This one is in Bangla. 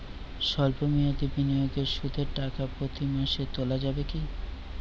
সল্প মেয়াদি বিনিয়োগে সুদের টাকা প্রতি মাসে তোলা যাবে কি?